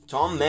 Tom